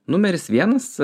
numeris vienas